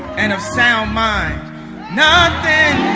and of sound mind nothing